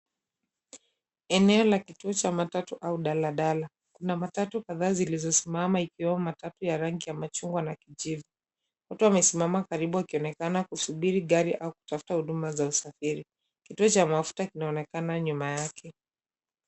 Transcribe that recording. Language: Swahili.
Eneo la kituo cha matatu, au daladala, kuna matatu kadhaa zilizosimama ikiwemo matatu ya rangi ya machungwa na kijivu. Watu wamesimama karibu wakionekana kusubiri gari au kutafuta huduma za usafiri, kituo cha mafuta kinaonekana nyuma yake.